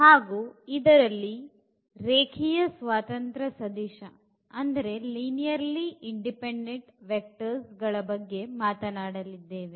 ಹಾಗು ಇದರಲ್ಲಿ ರೇಖೀಯ ಸ್ವಾತಂತ್ರ ಸದಿಶ ಗಳ ಬಗ್ಗೆ ಮಾತನಾಡಲಿದ್ದೇವೆ